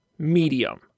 Medium